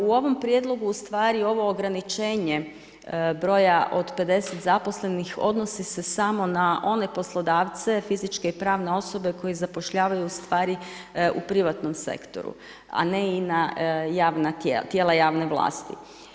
U ovom prijedlogu ustvari ovo ograničenje broja od 50 zaposlenih odnosi se na samo na one poslodavce, fizičke i pravne osobe koji zapošljavaju ustvari u privatnom sektoru a ne i na javna tijela, tijela javne vlasti.